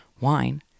wine